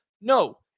No